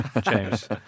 James